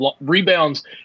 rebounds